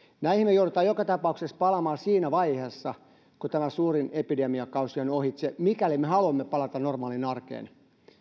näihin me joudumme joka tapauksessa palaamaan siinä vaiheessa kun tämä suurin epidemiakausi on ohitse mikäli me haluamme palata normaaliin arkeen